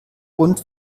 und